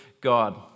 God